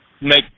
make